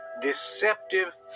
deceptive